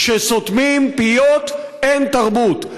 כשסותמים פיות אין תרבות.